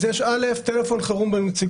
ראשית, אני אומר שיש טלפון חירום בנציגות.